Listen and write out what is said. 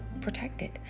protected